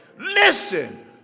Listen